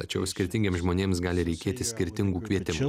tačiau skirtingiems žmonėms gali reikėti skirtingų kvietimų